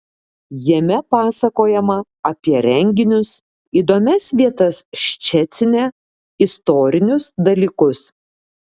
jame pasakojama apie renginius įdomias vietas ščecine istorinius dalykus